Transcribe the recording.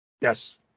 Yes